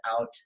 out